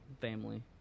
family